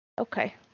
Okay